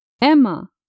Emma